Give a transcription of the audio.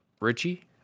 Richie